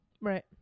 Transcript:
Right